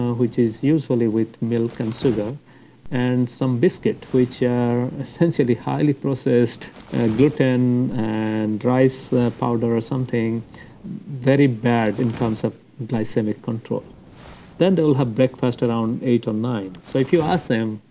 which is usually with milk and sugar and some biscuit, which are essentially highly processed gluten and rice powder or something very bad in terms of glycemic control then, they'll have breakfast around eight or nine. so if you ask them,